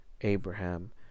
abraham